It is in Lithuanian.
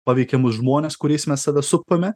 paveikia mus žmonės kuriais mes save supame